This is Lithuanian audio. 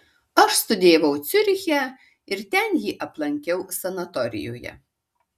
aš studijavau ciuriche ir ten jį aplankiau sanatorijoje